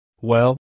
Well